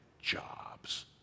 jobs